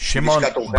מלשכת עורכי הדין.